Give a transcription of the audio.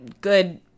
good